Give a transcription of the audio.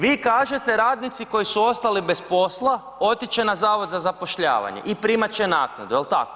Vi kažete radnici koji su ostali bez posla, otić će na Zavod za zapošljavanje i primat će naknadu, jel tako?